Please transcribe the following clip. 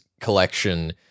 collection